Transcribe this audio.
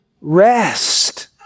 rest